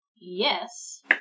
Yes